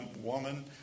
woman